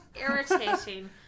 irritating